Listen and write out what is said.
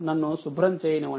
నన్ను శుభ్రం చేయనివ్వండి